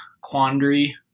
quandary